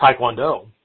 Taekwondo